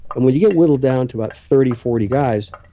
and when you get whittled down to about thirty, forty guys,